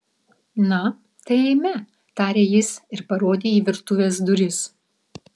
na tai eime tarė jis ir parodė į virtuvės duris